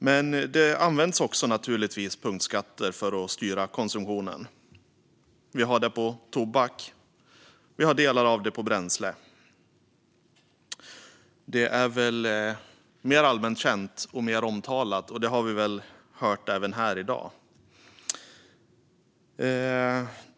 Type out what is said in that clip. Men punktskatter används naturligtvis också för att styra konsumtionen, vilket till exempel gäller skatt på tobak och delvis skatt på bränsle. Detta är väl mer allmänt känt och mer omtalat, och vi har hört det även här i dag.